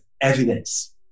evidence